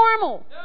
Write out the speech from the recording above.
normal